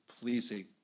pleasing